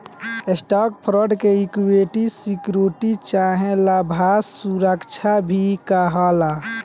stock fund के equity security चाहे लाभांश सुरक्षा भी कहाला